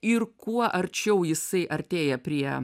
ir kuo arčiau jisai artėja prie